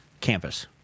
campus